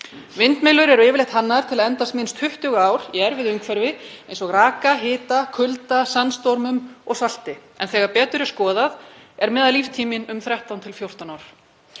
Vindmyllur eru yfirleitt hannaðar til að endast minnst 20 ár í erfiðu umhverfi eins og raka, hita, kulda, sandstormum og salti, en þegar betur er skoðað er meðallíftíminn um 13–14 ár.